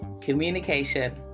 communication